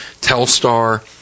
Telstar